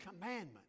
commandment